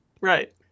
right